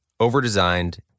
overdesigned